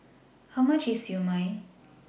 How much IS Siew Mai